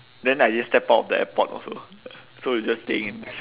then I didn't step out of the airport also so it's just staying in the